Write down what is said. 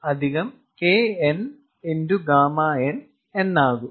𝛾N എന്നാകും